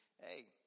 Hey